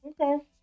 Okay